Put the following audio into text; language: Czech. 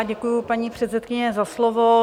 Děkuji, paní předsedkyně, za slovo.